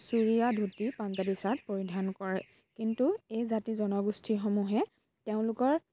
চুৰীয়া ধুতি পাঞ্জাবী চাৰ্ট পৰিধান কৰে কিন্তু এই জাতি জনগোষ্ঠীসমূহে তেওঁলোকৰ